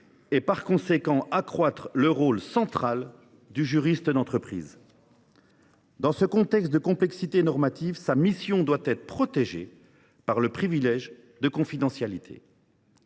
et par conséquent accroître le rôle central du juriste d’entreprise. Dans pareil contexte de complexité normative, la mission du juriste d’entreprise doit être protégée par le privilège de confidentialité